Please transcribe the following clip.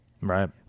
Right